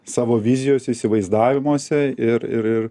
savo vizijose įsivaizdavimuose ir ir ir